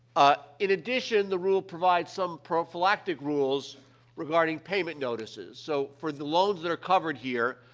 ah, in addition, the rule provides some prophylactic rules regarding payment notices. so, for the loans that are covered here,